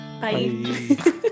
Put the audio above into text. Bye